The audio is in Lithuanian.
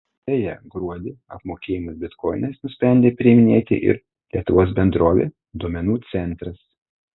beje gruodį apmokėjimus bitkoinais nusprendė priiminėti ir lietuvos bendrovė duomenų centras